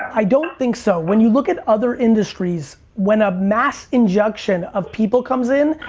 i don't think so. when you look at other industries, when a mass injunction of people comes in,